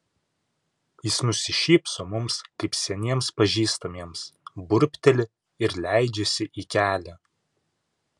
jis nusišypso mums kaip seniems pažįstamiems burbteli ir leidžiasi į kelią